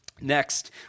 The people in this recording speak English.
Next